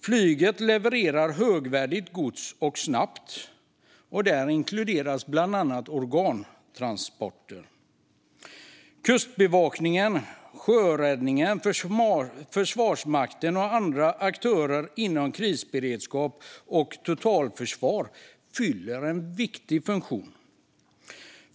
Flyget levererar högvärdigt gods snabbt, till exempel vid organtransporter, och Kustbevakningen, sjöräddningen, Försvarsmakten och andra aktörer inom krisberedskap och totalförsvar fyller en viktig funktion.